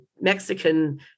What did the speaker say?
Mexican